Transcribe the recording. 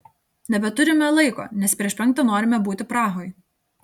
nebeturime laiko nes prieš penktą norime būti prahoj